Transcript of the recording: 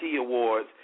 Awards